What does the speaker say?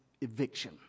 eviction